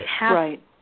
Right